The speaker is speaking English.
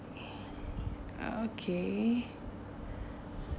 okay